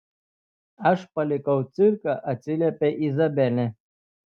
aš palikau cirką atsiliepia izabelė